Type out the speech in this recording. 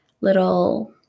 little